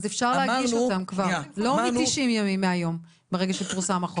לא 90 ימים מרגע שפורסם החוק.